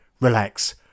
relax